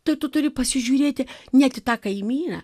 tai tu turi pasižiūrėti net į tą kaimyną